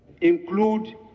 include